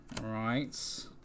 Right